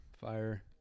fire